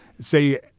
say